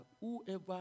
whoever